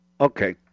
Okay